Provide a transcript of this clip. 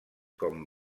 com